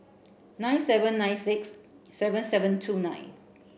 nine seven nine six seven seven two nine